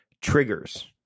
triggers